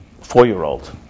four-year-old